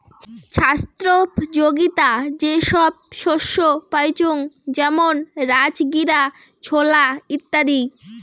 ছাস্থ্যোপযোগীতা যে সব শস্য পাইচুঙ যেমন রাজগীরা, ছোলা ইত্যাদি